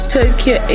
Tokyo